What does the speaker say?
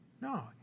No